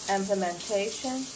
Implementation